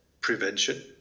prevention